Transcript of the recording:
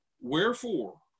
Wherefore